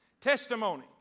Testimony